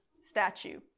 statue